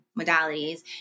modalities